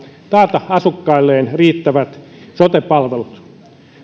taata asukkailleen riittävät sote palvelut